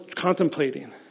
contemplating